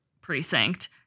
precinct